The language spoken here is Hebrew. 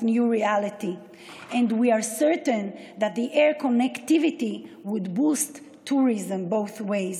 בפרלמנט של ישראל ולזכות בכבוד למסור את דבריך לעם בישראל.)